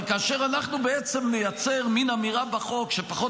אבל כאשר אנחנו נייצר מין אמירה בחוק שפחות